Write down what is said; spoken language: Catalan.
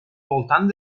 voltant